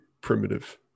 primitive